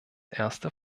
erste